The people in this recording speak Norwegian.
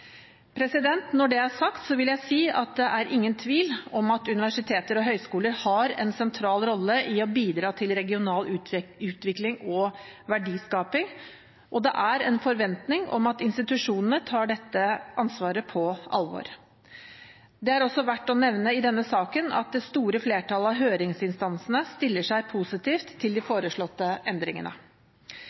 hensikten. Når det er sagt, vil jeg si at det er ingen tvil om at universiteter og høyskoler har en sentral rolle i å bidra til regional utvikling og verdiskaping, og det er en forventning om at institusjonene tar dette ansvaret på alvor. Det er også verdt å nevne i denne saken at det store flertallet av høringsinstansene stiller seg positive til de foreslåtte endringene.